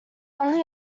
only